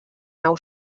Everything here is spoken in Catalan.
nau